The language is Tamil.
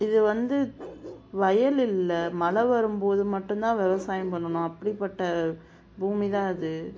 இது வந்து வயல் இல்லை மழை வரும் போது மட்டும் தான் விவசாயம் பண்ணணும் அப்படிப்பட்ட பூமி தான் இது